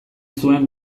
zuen